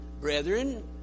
brethren